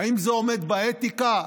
האם זה עומד בכללי האתיקה?